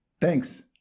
Thanks